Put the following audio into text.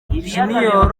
junior